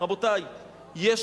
רבותי, יש